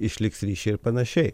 išliks ryšiai ir panašiai